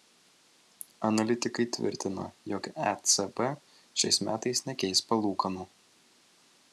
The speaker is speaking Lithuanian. analitikai tvirtina jog ecb šiais metais nekeis palūkanų